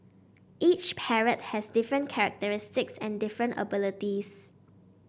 each parrot has different characteristics and different abilities